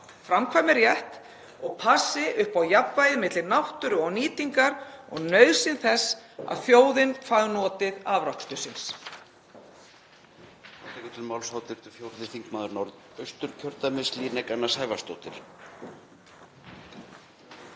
framkvæmi rétt og passi upp á jafnvægi milli náttúru og nýtingar og nauðsyn þess að þjóðin fái notið afrakstursins.